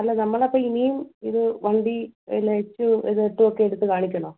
അല്ല നമ്മൾ അപ്പം ഇനിയും ഇത് വണ്ടി എല്ലാം എച്ചും ഇത് എട്ടും ഒക്കെ എടുത്ത് കാണിക്കണോ